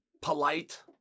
polite